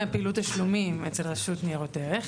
לעניין פעילויות תשלומים אצל הרשות לניירות ערך,